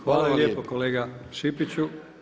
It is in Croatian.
Hvala lijepo kolega Šipiću.